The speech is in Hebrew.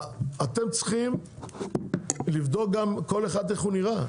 אתם צריכים לבדוק גם כל אחד איך הוא נראה,